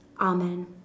Amen